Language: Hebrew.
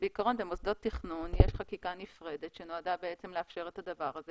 בעיקרון למוסדות תכנון יש חקיקה נפרדת שנועדה לאפשר את הדבר הזה